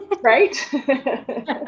Right